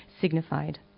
signified